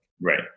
Right